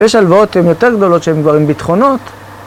יש הלוואות הן יותר גדולות שהן כבר עם ביטחונות